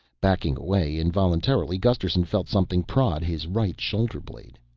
backing away involuntarily, gusterson felt something prod his right shoulderblade.